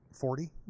Forty